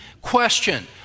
Question